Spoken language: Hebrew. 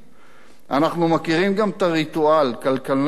אנחנו מכירים גם את הריטואל: כלכלני